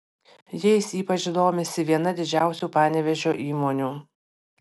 jais ypač domisi viena didžiausių panevėžio įmonių